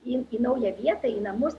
į į naują vietą į namus